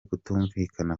kutumvikana